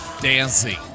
dancing